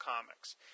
Comics